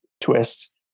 twist